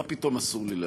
מה פתאום אסור לי להשיב?